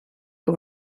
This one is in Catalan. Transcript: que